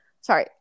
sorry